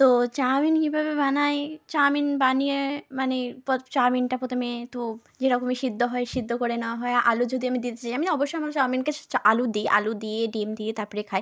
তো চাউমিন কীভাবে বানায় চাউমিন বানিয়ে মানে প্র চাউমিনটা পোথমে ধোও যেরকমই সেদ্ধ হয় সেদ্ধ করে নাওয়া হয় আলু যদি আমি দিতে চাই আমি অবশ্যই আমার চাউমিনকে আলু দিই আলু দিয়ে ডিম দিয়ে তারপরে খাই